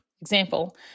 example